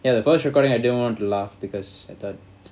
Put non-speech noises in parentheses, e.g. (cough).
ya the first recording I didn't want to laugh because I thought (noise)